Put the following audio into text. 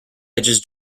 edges